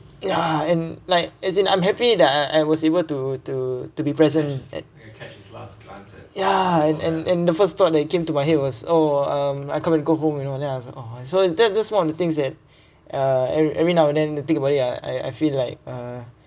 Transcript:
ya and like as in I'm happy that I I was able to to to be present at ya and and and the first thought that came to head was oh um I wait to go home you know then I was like oh so that that's one of the things that uh ever~ every now and then I think about it I I feel like uh